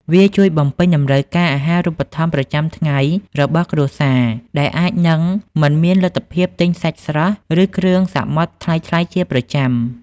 វាជួយបំពេញតម្រូវការអាហារូបត្ថម្ភប្រចាំថ្ងៃរបស់គ្រួសារ ដែលអាចនឹងមិនមានលទ្ធភាពទិញសាច់ស្រស់ ឬគ្រឿងសមុទ្រថ្លៃៗជាប្រចាំ។